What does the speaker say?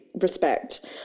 respect